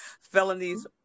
felonies